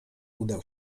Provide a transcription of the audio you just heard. udał